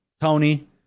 Tony